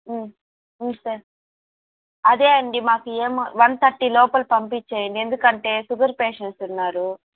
sir అదే అండీ మాకు వన్ థర్టీ లోపల పంపించేయండి ఎందుకంటే షుగర్ పేషెంట్స్ ఉన్నారు